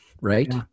right